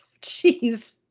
Jeez